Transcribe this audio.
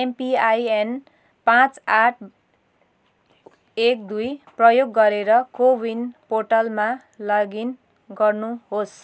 MPIN पाँच आठ एक दुई प्रयोग गरेर कोविन पोर्टलमा लगइन गर्नुहोस्